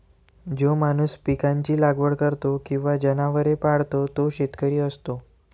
जो माणूस पिकांची लागवड करतो किंवा जनावरे पाळतो तो शेतकरी असतो